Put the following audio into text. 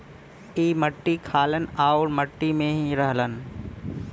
ई मट्टी खालन आउर मट्टी में ही रहलन